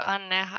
Anne